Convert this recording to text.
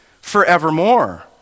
forevermore